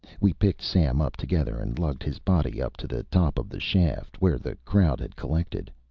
we picked sam up together and lugged his body up to the top of the shaft, where the crowd had collected.